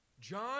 John